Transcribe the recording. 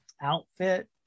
outfit